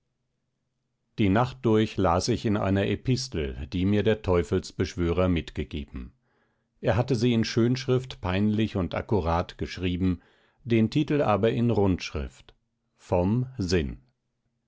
die nacht durch las ich in einer epistel die mir der teufelsbeschwörer mitgegeben er hatte sie in schönschrift peinlich und akkurat geschrieben den titel aber in rundschrift vom sinn